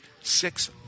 six